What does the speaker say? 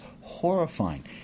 horrifying